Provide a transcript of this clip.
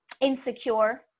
insecure